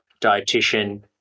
Dietitian